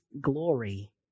glory